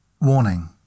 Warning